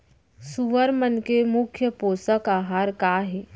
सुअर मन के मुख्य पोसक आहार का हे?